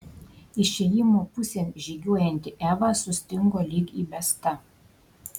išėjimo pusėn žygiuojanti eva sustingo lyg įbesta